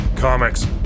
Comics